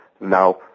Now